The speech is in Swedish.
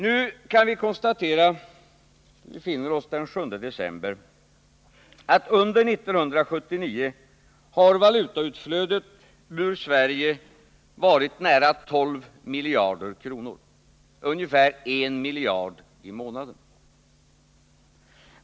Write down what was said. Nu kan vi konstatera — vi har den 7 december —att valutautflödet ur Sverige under 1979 har varit nära 12 miljarder kronor, ungefär 1 miljard i månaden.